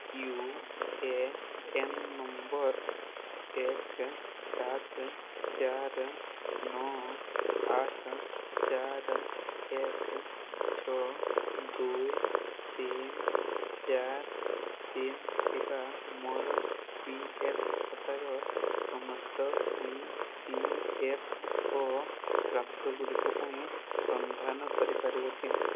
you A N number ଏକେ ସାତ ଚାରି ନଅ ଆଠ ଚାରି ଏକ୍ ଛଅ ଦୁଇ ତିନି ଚାରି ତିନି ଥିବା ମୋର ପି ଏଫ୍ ଖାତାର ସମସ୍ତ ଇ ପି ଏଫ୍ ଓ ପ୍ରାପ୍ୟଗୁଡ଼ିକ ପାଇଁ ସନ୍ଧାନ କରିପାରିବ କି